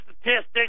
Statistics